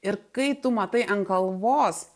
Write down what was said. ir kai tu matai ant kalvos